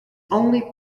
only